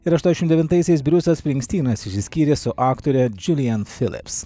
ir aštuošim devintaisiais briusas springstynas išsiskyrė su aktore džiulijan filips